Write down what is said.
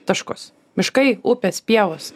taškus miškai upės pievos